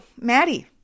Maddie